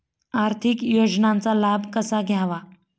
आर्थिक योजनांचा लाभ कसा घ्यावा?